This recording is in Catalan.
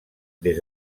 des